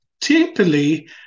typically